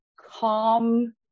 calm